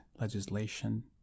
legislation